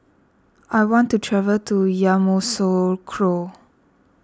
I want to travel to Yamoussoukro